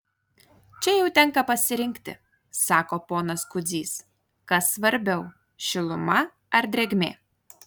čia jau tenka pasirinkti sako ponas kudzys kas svarbiau šiluma ar drėgmė